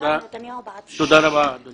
תודה אדוני